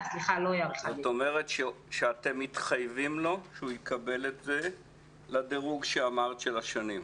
כלומר אתם מתחייבים לו שהוא יקבל את זה לדירוג שאמרת של השנים?